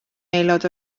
aelod